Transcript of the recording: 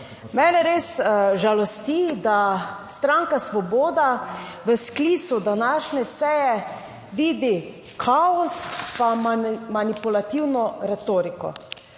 Mene res žalosti, da stranka Svoboda v sklicu današnje seje vidi kaos, pa manipulativno retoriko.